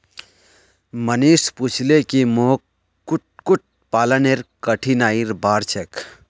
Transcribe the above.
मनीष पूछले की मोक कुक्कुट पालनेर कठिनाइर बार छेक